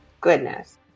Goodness